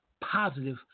positive